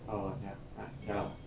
orh ya like now